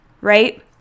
right